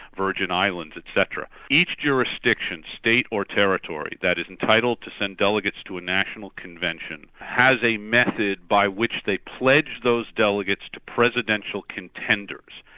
virgin islands etc. each jurisdiction, state or territory that is entitled to send delegates to a national convention, has a method by which they pledge those delegates to presidential contenders,